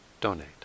donate